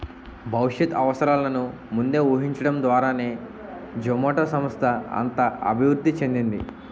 భవిష్యత్ అవసరాలను ముందే ఊహించడం ద్వారానే జొమాటో సంస్థ అంత అభివృద్ధి చెందింది